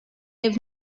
have